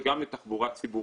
וגם לתחבורה ציבורית.